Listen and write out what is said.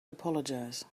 apologize